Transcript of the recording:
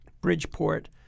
Bridgeport